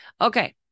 Okay